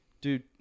dude